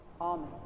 Amen